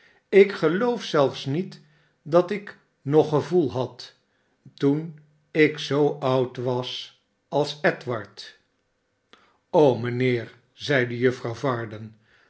ik geloof zelfs niet dat ik nog gevoel had toen ik zoo oud was als edward mijnheer zeide juffrouw varden